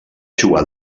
jugar